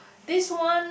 this one